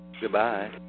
Goodbye